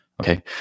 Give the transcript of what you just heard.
Okay